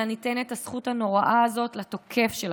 אלא ניתן את הזכות הנוראה הזאת לתוקף שלכם,